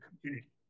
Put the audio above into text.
community